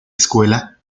escuela